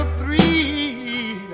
three